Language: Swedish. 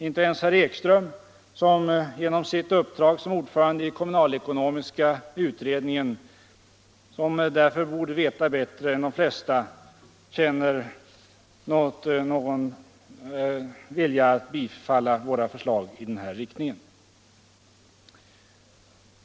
Inte ens herr Ekström, som genom sitt uppdrag som ordförande i kommunalekonomiska utredningen bättre än de flesta borde känna till kommunernas problem, visar någon vilja att bifalla våra förslag i den här riktningen.